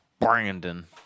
Brandon